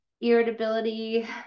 irritability